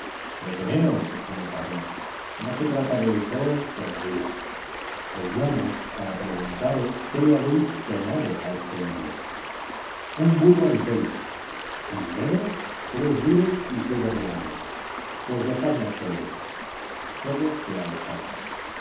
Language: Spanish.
deteneos exclamó parrón no se trata de eso todavía os llamo para preguntaros qué le habéis tomado a este hombre un burro en pelo y dinero tres duros y siete reales pues dejadnos solos todos se alejaron